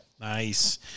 Nice